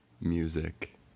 Music